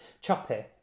Choppy